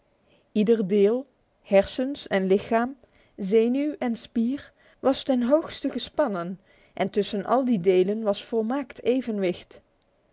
ieder deel hersens en lichaam zenuw en spier was ten hoogste gespannen en tussen al die delen was volmaakt evenwicht